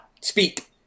Speak